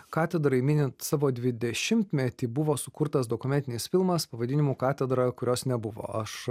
katedrai minint savo dvidešimtmetį buvo sukurtas dokumentinis filmas pavadinimu katedra kurios nebuvo aš